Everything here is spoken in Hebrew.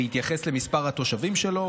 בהתייחס למספר התושבים שלו.